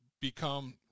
become